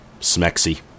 Smexy